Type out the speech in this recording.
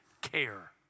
care